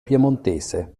piemontese